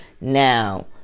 Now